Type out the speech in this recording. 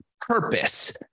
purpose